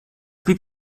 blieb